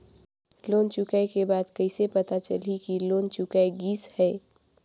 Loan चुकाय के बाद कइसे पता चलही कि लोन चुकाय गिस है?